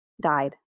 died